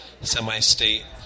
semi-state